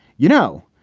you know,